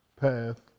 path